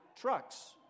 trucks